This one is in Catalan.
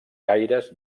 gaires